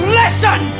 listen